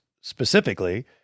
specifically